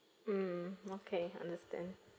mm okay understand